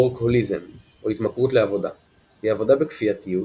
וורקהוליזם או התמכרות לעבודה – היא עבודה בכפייתיות,